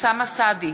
אוסאמה סעדי,